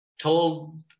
told